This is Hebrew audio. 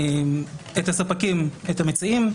הספקים, את המציעים,